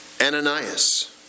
Ananias